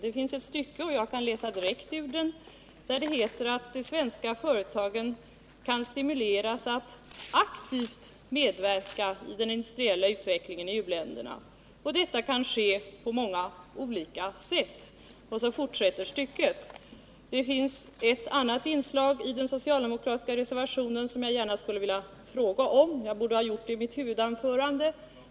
Jag kan läsa ett stycke direkt ur reservationen: ”De svenska företagen kan stimuleras att aktivt medverka” — i den industriella utvecklingen av u-länderna. ”Detta kan ske på många olika sätt.” Det finns ett annat inslag i den socialdemokratiska reservationen som jag gärna skulle vilja fråga om —- jag borde ha gjort det i mitt huvudanförande.